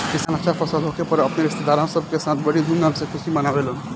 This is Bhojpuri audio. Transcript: किसान अच्छा फसल होखे पर अपने रिस्तेदारन सब के साथ बड़ी धूमधाम से खुशी मनावेलन